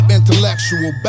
intellectual